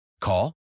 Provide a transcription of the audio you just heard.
Call